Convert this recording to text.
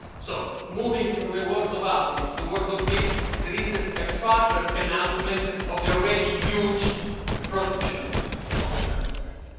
so moving from the world of atoms to the world of bits, there is a farther announcement of the already huge protection of first amendment.